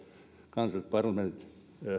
kansalliset parlamentit